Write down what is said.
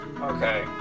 Okay